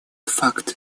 факт